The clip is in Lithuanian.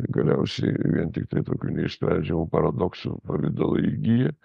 galiausiai vien tiktai tokių neišsprendžiamų paradoksų pavidalą įgyja